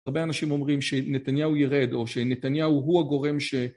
הרבה אנשים אומרים שנתניהו ירד או שנתניהו הוא הגורם ש...